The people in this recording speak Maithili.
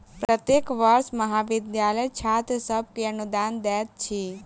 प्रत्येक वर्ष महाविद्यालय छात्र सभ के अनुदान दैत अछि